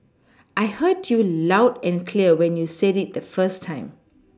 I heard you loud and clear when you said it the first time